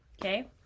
okay